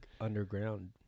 underground